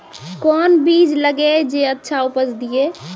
कोंन बीज लगैय जे अच्छा उपज दिये?